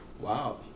wow